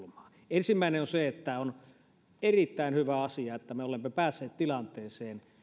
ensimmäinen on se että on erittäin hyvä asia että me olemme päässeet tilanteeseen